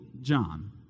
John